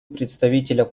представителя